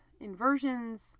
inversions